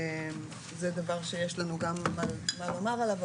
זה דבר שיש לנו גם מה לומר עליו,